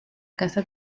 casa